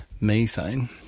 methane